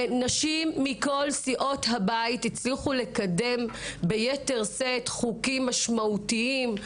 שנשים מכל סיעות הבית הצליחו לקדם ביתר שאת חוקים משמעותיים,